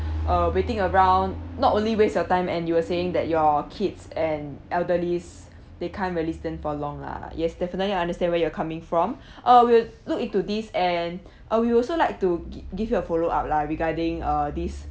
uh waiting around not only waste your time and you were saying that your kids and elderlies they can't really stand for long lah yes definitely I understand where you're coming from uh we'll look into this and uh we also like to give you a follow up lah regarding uh this